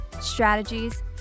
strategies